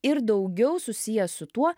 ir daugiau susijęs su tuo